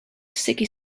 sickly